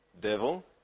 devil